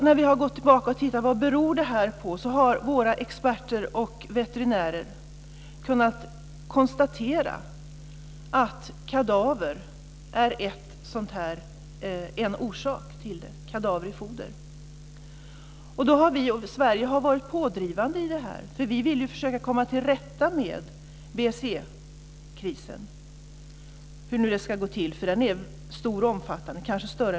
När vi har tittat på vad detta beror på, har våra experter och veterinärer kunnat konstatera att kadaver i foder är en orsak. Sverige har varit pådrivande. Vi vill försöka komma till rätta med BSE-krisen - hur nu det ska gå till. Den är stor och omfattande.